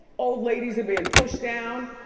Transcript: old ladies are being pushed down.